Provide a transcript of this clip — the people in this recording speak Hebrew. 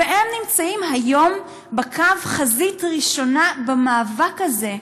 הם נמצאים היום בקו החזית הראשון במאבק הזה.